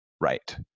right